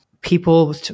people